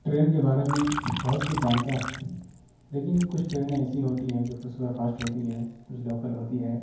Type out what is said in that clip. train کے بارے میں بہت کچھ جانتا ہوں لیکن کچھ ٹرینیں ایسی ہوتی ہیں جو سپر فاسٹ ہوتی ہے کچھ لوکل ہوتی ہے